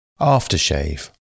Aftershave